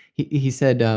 he he said,